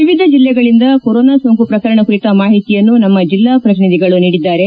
ವಿವಿಧ ಜಲ್ಲೆಗಳಿಂದ ಕೊರೋನಾ ಸೋಂಕು ಪ್ರಕರಣ ಕುರಿತ ಮಾಹಿತಿಯನ್ನು ನಮ್ನ ಜಲ್ಲಾ ಪ್ರತಿನಿಧಿಗಳು ನೀಡಿದ್ದಾರೆ